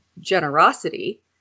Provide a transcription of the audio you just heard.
generosity